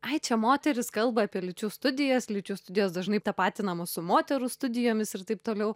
ai čia moteris kalba apie lyčių studijas lyčių studijos dažnai tapatinamos su moterų studijomis ir taip toliau